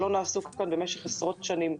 השקעות שלא נעשו כאן במשך עשרות שנים.